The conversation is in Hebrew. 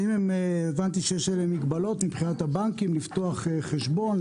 הבנתי שיש עליהן מגבלות מבחינת הבנקים לפתוח חשבון,